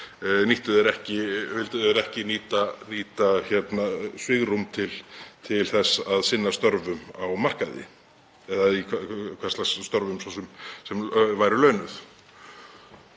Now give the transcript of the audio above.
vildu þeir ekki nýta svigrúm til þess að sinna störfum á markaði eða hvers lags störfum sem væru launuð.